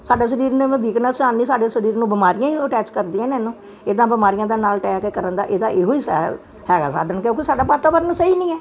ਸਾਡੇ ਸਰੀਰ ਨੂੰ ਵੀ ਵੀਕਨੈਂਸ ਆਉਂਦੀ ਸਾਡੇ ਸਰੀਰ ਨੂੰ ਬਿਮਾਰੀਆਂ ਹੀ ਉਹ ਅਟੈਚ ਕਰਦੀਆਂ ਨੇ ਇਹਨੂੰ ਇਦਾਂ ਬਿਮਾਰੀਆਂ ਦਾ ਨਾਲ ਅਟੈਕ ਕਰਨ ਦਾ ਇਹਦਾ ਇਹੋ ਹੀ ਹੈ ਹੈਗਾ ਸਾਧਨ ਕਿਉਂਕਿ ਸਾਡਾ ਵਾਤਾਵਰਨ ਸਹੀ ਨਹੀਂ ਹੈ